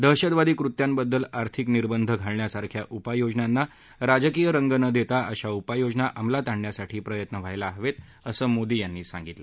दहशतवादी कृत्यांबद्दल आर्थिक निर्दंध घालण्यासारख्या उपाययोजनांना राजकीय रंग न देता अशा उपाययोजना अंमलात आणण्यासाठी प्रयत्न व्हायला हवेत असं मोदी यांनी सांगितलं